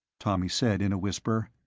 tommy said in a whisper,